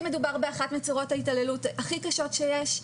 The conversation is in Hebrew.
כי מדובר באחת מצורות ההתעללות הכי קשות שיש.